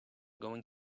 going